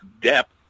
depth